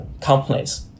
companies